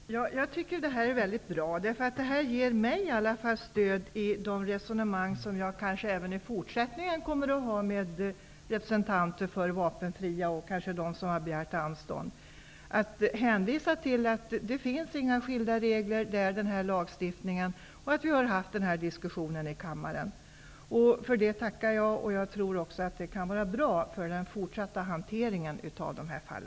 Herr talman! Jag tycker att det här är mycket bra. Det ger mig stöd i de resonemang som jag kanske även i fortsättningen kommer att föra med representanter för vapenfria och för dem som har begärt anstånd. Jag kan då hänvisa till att det inte finns några skilda regler i lagstiftningen och till att vi har haft den här diskussionen i kammaren. Jag tackar för detta, och jag tror att det här är bra för den fortsatta hanteringen av dessa fall.